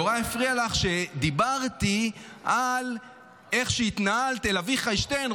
נורא הפריע לך שדיברתי על איך שהתנהלת אל אביחי שטרן,